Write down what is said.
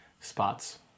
spots